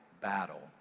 battle